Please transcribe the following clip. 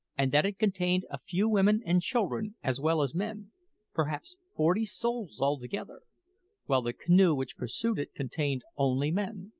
and that it contained a few women and children as well as men perhaps forty souls altogether while the canoe which pursued it contained only men.